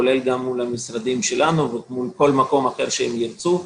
כולל גם מול המשרדים שלנו ומול כל מקום אחר שירצו.